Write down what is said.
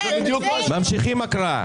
ממשיכים בהקראה.